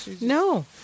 No